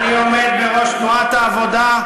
אני עומד בראש תנועת העבודה,